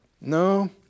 No